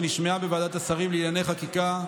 שנשמעה בוועדת השרים לענייני חקיקה,